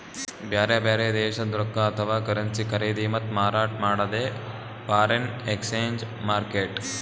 ಬ್ಯಾರೆ ಬ್ಯಾರೆ ದೇಶದ್ದ್ ರೊಕ್ಕಾ ಅಥವಾ ಕರೆನ್ಸಿ ಖರೀದಿ ಮತ್ತ್ ಮಾರಾಟ್ ಮಾಡದೇ ಫಾರೆನ್ ಎಕ್ಸ್ಚೇಂಜ್ ಮಾರ್ಕೆಟ್